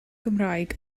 cymraeg